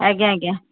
ଆଜ୍ଞା ଆଜ୍ଞା